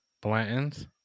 Blanton's